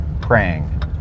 praying